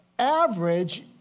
average